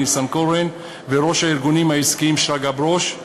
ניסנקורן ויושב-ראש נשיאות הארגונים העסקיים שרגא ברוש,